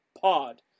Pod